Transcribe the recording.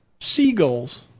seagulls